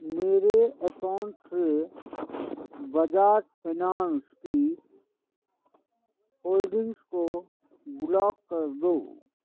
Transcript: میرے اکاؤنٹ سے بجاج فنانس کی ہولڈنگز کو بلاک کر دو